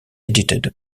edited